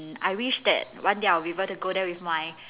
I wish that one day I'll be able to go there with my